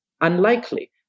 unlikely